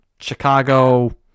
chicago